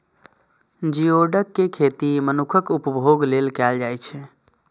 geoduck के खेती मनुक्खक उपभोग लेल कैल जाइ छै